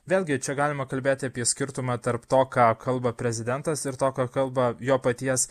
vėlgi čia galima kalbėti apie skirtumą tarp to ką kalba prezidentas ir to ką kalba jo paties